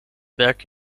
werk